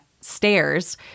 stairs